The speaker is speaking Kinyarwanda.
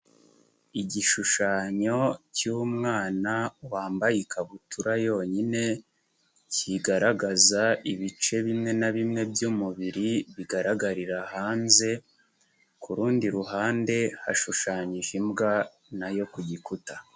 Igishushanyo cy'umwana wambaye ikabutura yonyine, kigaragaza ibice bimwe na bimwe by'umubiri bigaragarira hanze, ku rundi ruhande hashushanyije imbwa na yo ku gikuta.